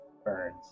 birds